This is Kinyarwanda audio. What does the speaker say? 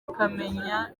tukamenya